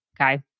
okay